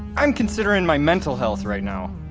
i'm considering my mental health right now